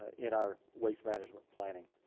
in our waste management planning.